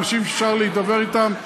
אנשים שאפשר להידבר איתם.